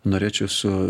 norėčiau su